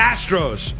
Astros